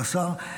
השר,